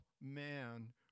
man